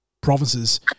provinces